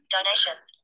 Donations